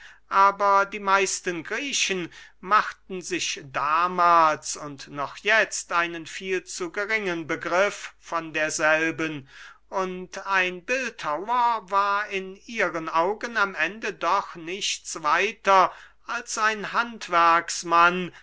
aber die meisten griechen machten sich damahls und noch jetzt einen viel zu geringen begriff von derselben und ein bildhauer war in ihren augen am ende doch nichts weiter als ein